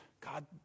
God